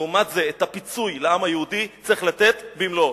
לעומת זה, את הפיצוי לעם היהודי צריך לתת, במלואו.